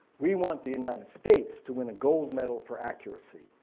we want the united states to win a gold medal for accuracy.